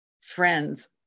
friends